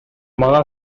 мага